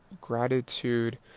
Gratitude